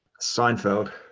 Seinfeld